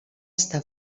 està